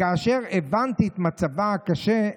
וכאשר הבנתי את מצבה הקשה,